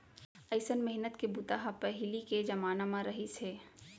अइसन मेहनत के बूता ह पहिली के जमाना म रहिस हे